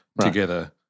together